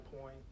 Point